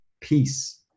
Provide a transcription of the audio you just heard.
peace